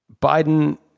Biden